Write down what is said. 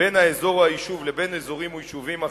בין האזור או היישוב לבין אזורים או יישובים אחרים,